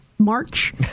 March